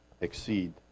exceed